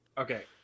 Okay